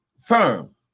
firm